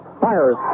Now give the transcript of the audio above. Fires